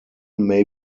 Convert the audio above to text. may